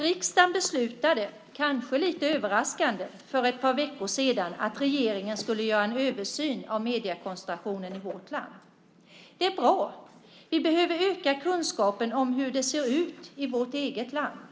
Riksdagen beslutade, kanske lite överraskande, för ett par veckor sedan att regeringen skulle göra en översyn av mediekonstellationen i vårt land. Det är bra. Vi behöver öka kunskapen om hur det ser ut i vårt eget land.